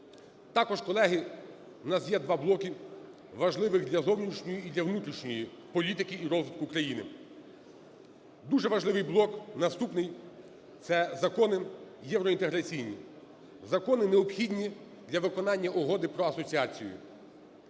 Також, колеги, в нас є два блоки важливих для зовнішньої і для внутрішньої політики і розвитку країни. Дуже важливий блок наступний – це закони євроінтеграційні, закони, необхідні для виконання Угоди про асоціацію.